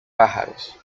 pájaros